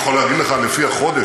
אני יכול להגיד לך לפי החודש,